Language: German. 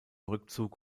rückzug